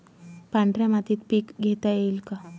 पांढऱ्या मातीत पीक घेता येईल का?